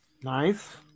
Nice